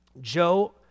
Joe